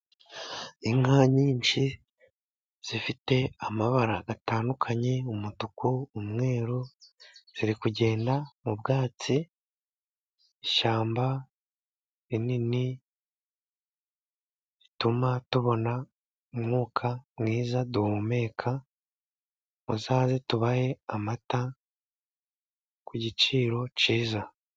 Inka nyinshi zifite amabara atandukanye, umutuku umweru, ziri kugenda mu bwatsi. Ishyamba rinini rituma tubona umwuka mwiza duhumeka. Muzaze tubahe amata ku giciro cyiza.